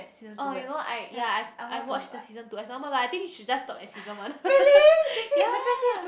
oh you know I ya I I've watched the season two it's normal lah I think should just stop at season one ya